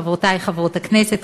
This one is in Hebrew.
חברותי חברות הכנסת,